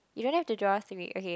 you don't have to draw three okay